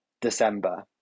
December